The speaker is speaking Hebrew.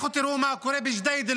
לכו תראו מה קורה בג'דיידה-מכר,